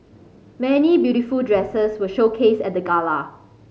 many beautiful dresses were showcased at the gala